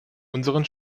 unseren